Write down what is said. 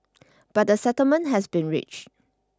but a settlement has been reach